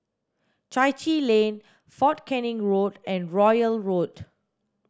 Chai Chee Lane Fort Canning Road and Royal Road